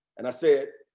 and i said,